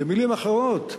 במלים אחרות,